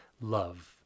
love